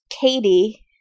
Katie